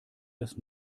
das